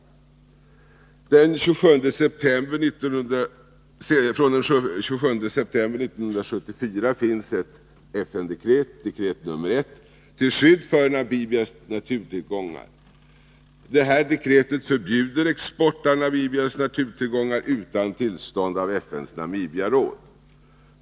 Från den 27 september 1974 finns ett FN-dekret — dekret nr 1-— till skydd för Namibias naturtillgångar. Detta dekret förbjuder export av Namibias naturtillgångar utan tillstånd av FN:s Namibiaråd.